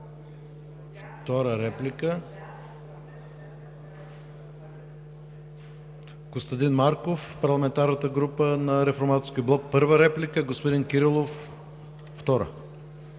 програмата. Реплики? Костадин Марков от Парламентарната група на Реформаторския блок – първа реплика, господин Кирилов – втора.